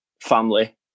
family